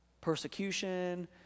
Persecution